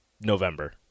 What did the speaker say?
November